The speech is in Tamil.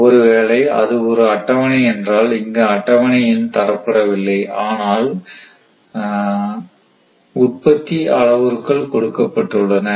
ஒருவேளை இது ஒரு அட்டவணை என்றால் இங்கு அட்டவணை எண் தரப்படவில்லை ஆனால் உற்பத்தி அளவுருக்கள் கொடுக்கப்பட்டுள்ளன